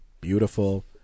beautiful